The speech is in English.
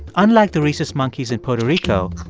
unlike the rhesus monkeys in puerto rico.